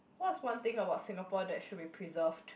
what's one thing about Singapore that should be preserved